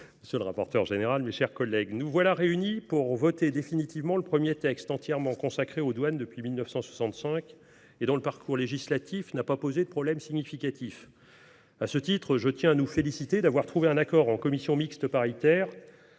monsieur le ministre, mes chers collègues, nous voilà réunis pour voter définitivement le premier texte entièrement consacré aux douanes depuis 1965. Son parcours législatif n’a pas posé de problèmes significatifs. À ce titre, je tiens à nous féliciter d’avoir trouvé un accord en commission mixte paritaire.